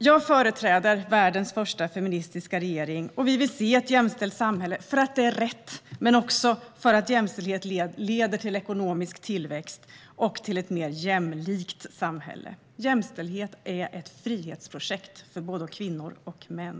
Jag företräder världens första feministiska regering. Vi vill se ett jämställt samhälle, både för att detta är rätt och för att jämställdhet leder till ekonomisk tillväxt och till ett mer jämlikt samhälle. Jämställdhet är ett frihetsprojekt för både kvinnor och män.